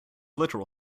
literal